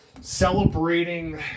celebrating